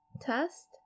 test